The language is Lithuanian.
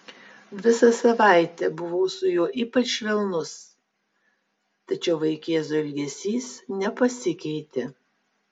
visą savaitę buvau su juo ypač švelnus tačiau vaikėzo elgesys nepasikeitė